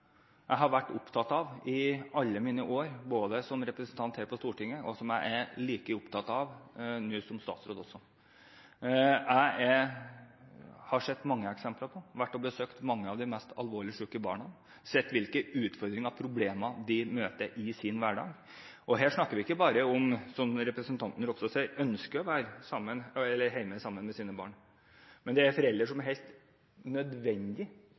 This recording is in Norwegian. jeg har vært opptatt av i alle mine år som representant på Stortinget, og som jeg er like opptatt av nå som statsråd. Jeg har sett mange eksempler på dette, og jeg har besøkt mange av de mest alvorlig syke barna. Jeg har sett hvilke utfordringer, hvilke problemer, de møter i sin hverdag. Her snakker vi ikke bare om – som representanten Ropstad sier – foreldre som ønsker å være hjemme sammen med sine barn, men om tilfeller der det er helt at nødvendig at foreldre er